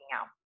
out